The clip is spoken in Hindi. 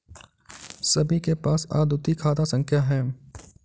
सभी के पास अद्वितीय खाता संख्या हैं